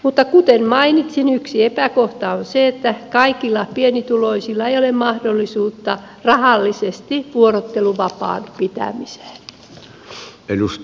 mutta kuten mainitsin yksi epäkohta on se että kaikilla pienituloisilla ei ole mahdollisuutta rahallisesti vuorotteluvapaan pitämiseen